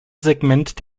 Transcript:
segment